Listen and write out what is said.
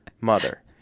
Mother